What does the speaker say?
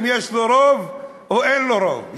אם יש לו רוב או אין לו רוב,